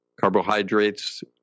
carbohydrates